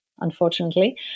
unfortunately